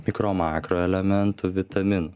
mikro makroelementų vitaminų